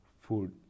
food